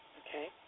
okay